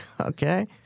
Okay